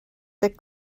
thick